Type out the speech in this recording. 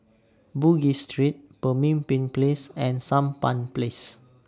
Bugis Street Pemimpin Place and Sampan Place